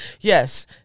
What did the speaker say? yes